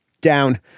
Down